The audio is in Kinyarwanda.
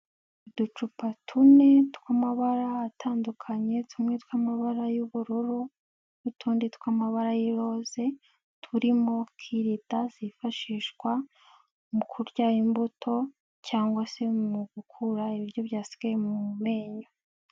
Uducupa tune tw'amabara atandukanye tumwe tw'amabara y'ubururu n'utundi tw'amabara y'iroze turirimo kirida zifashishwa mu kurya imbuto cyangwa se mu gukura ibiryo byasigaye mu menyo.